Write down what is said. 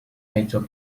hecho